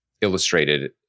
illustrated